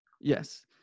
Yes